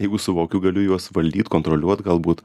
jeigu suvokiu galiu juos valdyt kontroliuot galbūt